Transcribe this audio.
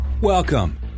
Welcome